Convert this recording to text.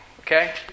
okay